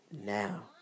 now